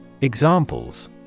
Examples